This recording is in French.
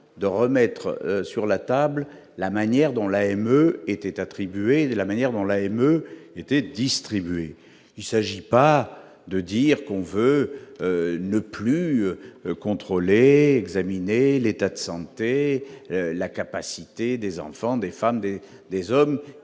de remettre sur la table, la manière dont l'AME était attribué la manière dont la AME distribués, il s'agit pas de dire qu'on veut ne plus contrôler examiner l'état de santé, la capacité des enfants, des femmes, des des